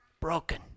broken